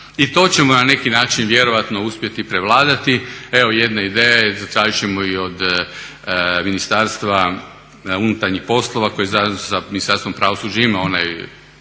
I to ćemo na neki način vjerojatno uspjeti prevladati. Evo jedne ideje, zatražit ćemo i od Ministarstva unutarnjih poslova koji zajedno sa Ministarstvom pravosuđa ima onaj